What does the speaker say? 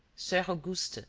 soeur auguste,